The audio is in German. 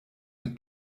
mit